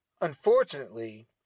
unfortunately